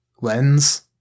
lens